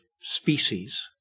species